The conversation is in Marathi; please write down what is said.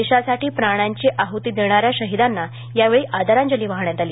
देशासाठी प्राणांची आहती देणाऱ्या शहीदांना यावेळी आदरांजली वाहण्यात आली